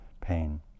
pain